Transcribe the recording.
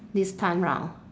this time round